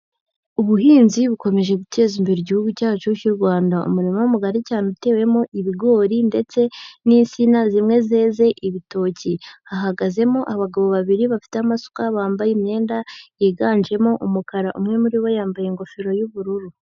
Ubuhinzi bukomeje guteza imbere Igihugu cyacu cy'u Rwanda. Umurima mugari cyane utewemo ibigori ndetse n'insina zimwe zeze ibitoki. Hahagazemo abagabo babiri bafite amasuka bambaye imyenda yiganjemo umukara. Umwe muri bo yambaye ingofero y'ubururu.